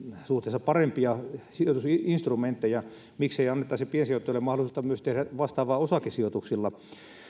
suhteessa parempia sijoitusinstrumentteja miksei annettaisi myös piensijoittajille mahdollisuutta tehdä vastaavaa osakesijoituksilla